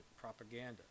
propaganda